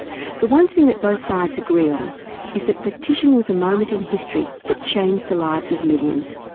the one thing that both sides agree on is that partition was a moment in history that changed the lives of millions,